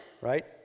right